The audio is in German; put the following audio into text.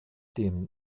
dem